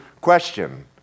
question